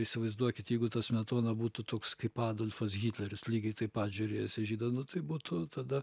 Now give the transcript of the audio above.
įsivaizduokit jeigu tas smetona būtų toks kaip adolfas hitleris lygiai taip pat žiūrėjęs į žydą nu tai būtų tada